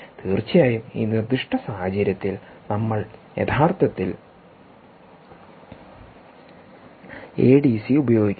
തീർച്ചയായും ഈ നിർദ്ദിഷ്ട സാഹചര്യത്തിൽ നമ്മൾ യഥാർത്ഥത്തിൽഎഡിസി ഉപയോഗിക്കുന്നു